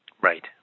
Right